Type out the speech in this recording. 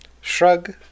Shrug